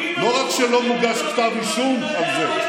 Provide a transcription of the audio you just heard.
לא רק שלא מוגש כתב אישום על זה,